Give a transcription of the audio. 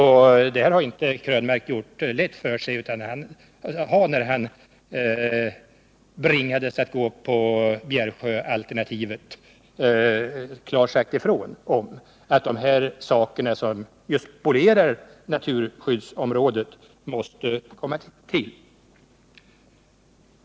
Här har Krönmark inte gjort det lätt för sig utan har — när han bringades att gå på Bjärsjöalternativet — klart sagt ifrån att sådana här anordningar, som just spolierar naturområdet, måste komma till.